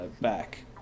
back